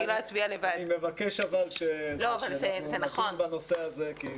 אני מבקש שנדון בנושא שהעליתי.